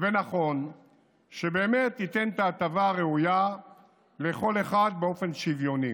ונכון שבאמת ייתן את ההטבה הראויה לכל אחד באופן שוויוני.